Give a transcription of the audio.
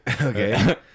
Okay